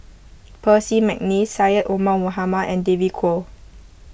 Percy McNeice Syed Omar Mohamed and David Kwo